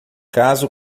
caso